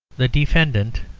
the defendant,